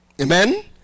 Amen